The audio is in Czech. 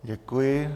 Děkuji.